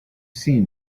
seen